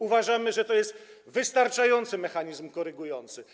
Uważamy, że to jest wystarczający mechanizm korygujący.